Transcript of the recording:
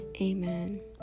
amen